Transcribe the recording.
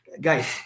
Guys